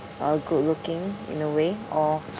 uh good looking in a way or